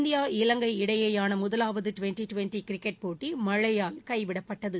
India Ilangai இடையேயான முதலாவது twenty twenty cricket போட்டி மழையால் கைவிடப்பட்டது